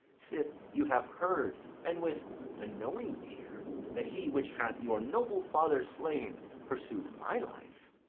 sith you have heard, and with a knowing ear, that he which hath your noble father slain pursu'd my life.